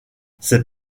ses